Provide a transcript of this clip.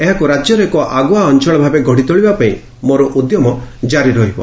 ଏହାକୁ ରାଜ୍ୟର ଏକ ଆଗୁଆ ଅଞ୍ଚଳ ଭାବେ ଗଡ଼ି ତୋଳିବା ପାଇଁ ମୋର ଉଦ୍ୟମ ଜାରି ରହିବ